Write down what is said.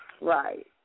Right